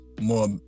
more